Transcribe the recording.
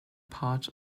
part